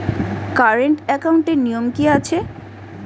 Current একাউন্টের নিয়ম কী আছে?